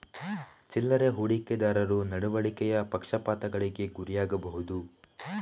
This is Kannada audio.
ಚಿಲ್ಲರೆ ಹೂಡಿಕೆದಾರರು ನಡವಳಿಕೆಯ ಪಕ್ಷಪಾತಗಳಿಗೆ ಗುರಿಯಾಗಬಹುದು